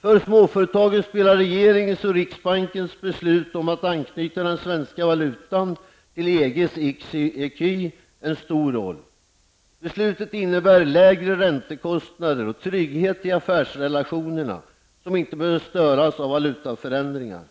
För småföretagen spelar regeringen och riksbankens beslut om att anknyta den svenska valutan till EGs ecu en stor roll. Beslutet innebär lägre räntekostnader och trygghet i affärsrelationerna som inte behöver störas av valutaförändringar.